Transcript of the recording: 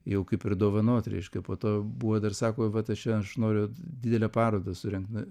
jau kaip ir dovanot reiškia po to buvo dar sako vat aš čia aš noriu didelę parodą surengt na